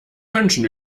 wünschen